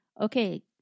Okay